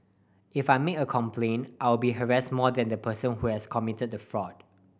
if I make a complaint I will be harassed more than the person who has committed the fraud